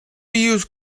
use